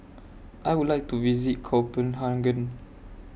I Would like to visit Copenhagen